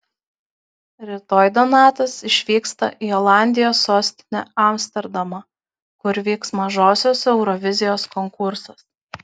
rytoj donatas išvyksta į olandijos sostinę amsterdamą kur vyks mažosios eurovizijos konkursas